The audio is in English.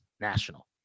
national